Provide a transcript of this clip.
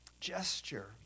gesture